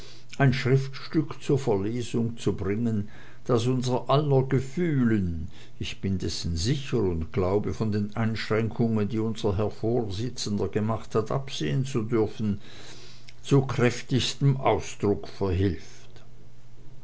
ein schriftstück zur verlesung zu bringen das unser aller gefühlen ich bin dessen sicher und glaube von den einschränkungen die unser herr vorsitzender gemacht hat absehen zu dürfen zu kräftigstem ausdruck verhilft